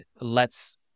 lets